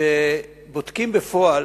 שבודקים בפועל